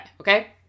okay